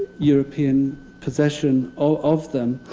european possession of them.